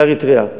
לאריתריאה,